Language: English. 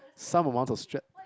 some amount of stre~